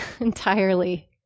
entirely